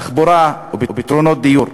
תחבורה ופתרונות דיור.